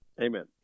Amen